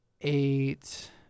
eight